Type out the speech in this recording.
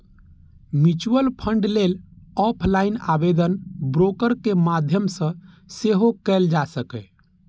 mutual fund लेल offline आवेदन broker के माध्यम सं सेहो कैल जा सकैए